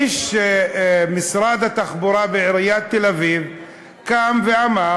איש משרד התחבורה בעיריית תל-אביב קם ואמר,